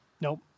Nope